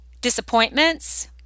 disappointments